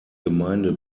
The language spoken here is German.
gemeinde